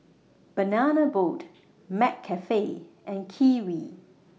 Banana Boat McCafe and Kiwi